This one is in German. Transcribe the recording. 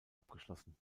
abgeschlossen